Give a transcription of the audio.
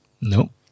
No